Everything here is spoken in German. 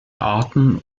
arten